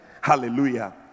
Hallelujah